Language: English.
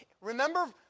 Remember